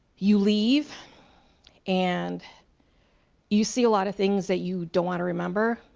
you leave and you see a lot of things that you don't want to remember.